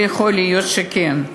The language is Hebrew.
יכול להיות שכן,